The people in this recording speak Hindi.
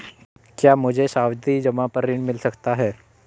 क्या मुझे सावधि जमा पर ऋण मिल सकता है?